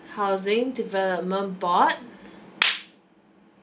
housing development board